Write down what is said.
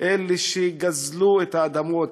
אלה שגזלו את האדמות,